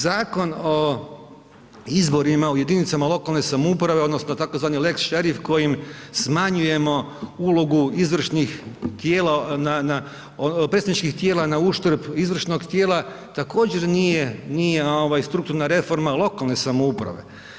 Zakon o izborima u jedinicama lokalne samouprave odnosno tzv. lex Šerif kojim smanjujemo ulogu predstavničkih tijela na uštrb izvršnog tijela također nije, nije ovaj strukturna reforma lokalne samouprave.